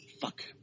Fuck